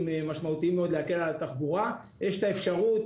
משמעותיים מאוד להקל על התחבורה - יש את אותה אפשרות.